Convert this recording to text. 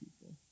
people